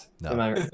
No